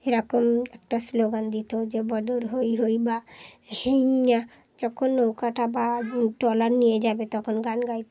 এরকম একটা স্লোগান দিত যে বদর হই হই বা হই বা যখন নৌকা টা বা ট্রলার নিয়ে যাবে তখন গান গাইত